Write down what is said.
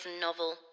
novel